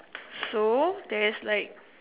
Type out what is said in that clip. so there is like